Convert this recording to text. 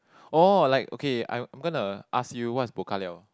oh like okay I'm I'm gonna ask you what's bao ka liao